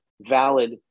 valid